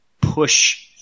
push